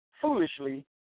foolishly